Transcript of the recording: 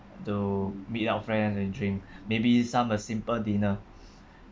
to meet our friend and drink maybe some a simple dinner